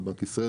בנק ישראל,